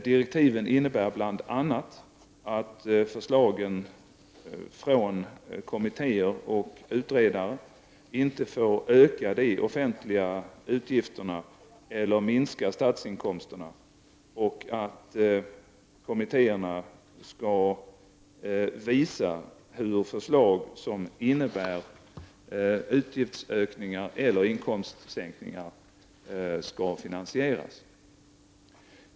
Direktiven innebär bl.a. att förslagen från kommittéer och utredare inte får öka de offentliga utgifterna eller minska statsinkomsterna och att kommittéerna skall visa hur förslag som innebär utgiftsökningar eller inkomstminskningar skall finansieras.